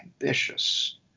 ambitious